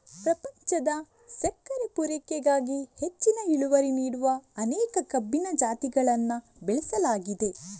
ಪ್ರಪಂಚದ ಸಕ್ಕರೆ ಪೂರೈಕೆಗಾಗಿ ಹೆಚ್ಚಿನ ಇಳುವರಿ ನೀಡುವ ಅನೇಕ ಕಬ್ಬಿನ ಜಾತಿಗಳನ್ನ ಬೆಳೆಸಲಾಗಿದೆ